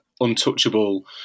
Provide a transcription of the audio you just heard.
untouchable